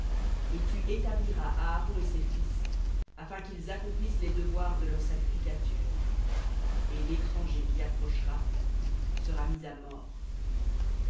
et tu établiras aaron et ses fils afin qu'ils accomplissent les devoirs de leur sacrificature et l'étranger qui approchera sera mis à mort